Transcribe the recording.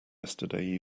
yesterday